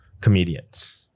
comedians